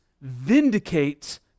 vindicates